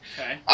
Okay